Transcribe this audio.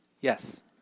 Yes